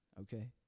okay